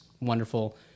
wonderful